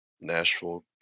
Nashville